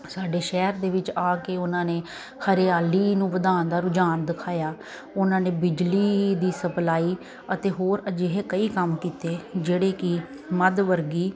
ਸਾਡੇ ਸ਼ਹਿਰ ਦੇ ਵਿੱਚ ਆ ਕੇ ਉਹਨਾਂ ਨੇ ਹਰਿਆਲੀ ਨੂੰ ਵਧਾਉਣ ਦਾ ਰੁਝਾਨ ਦਿਖਾਇਆ ਉਹਨਾਂ ਨੇ ਬਿਜਲੀ ਦੀ ਸਪਲਾਈ ਅਤੇ ਹੋਰ ਅਜਿਹੇ ਕਈ ਕੰਮ ਕੀਤੇ ਜਿਹੜੇ ਕਿ ਮੱਧ ਵਰਗੀ